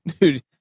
Dude